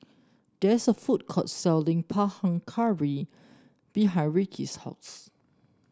there is a food court selling Panang Curry behind Rickey's house